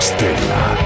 Stella